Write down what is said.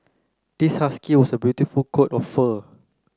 this husky was a beautiful coat of fur